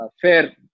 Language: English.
fair